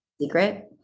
secret